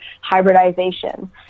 hybridization